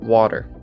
water